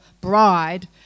bride